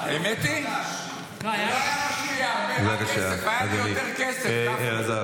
האמת היא, היה לי יותר כסף, גפני.